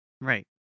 Right